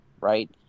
right